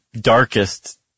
darkest